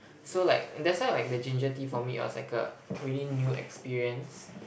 so like that's why like the ginger tea for me was like a really new experience